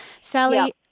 Sally